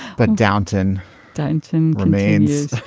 but downton downton remains